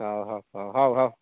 ହଉ ହଉ ହଉ ହଉ